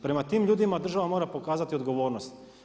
Prema tim ljudima država mora pokazati odgovornost.